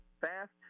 fast